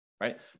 Right